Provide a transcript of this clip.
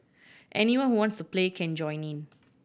anyone who wants to play can join in